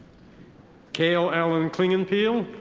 cale allen clingenpeel.